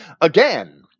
again